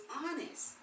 honest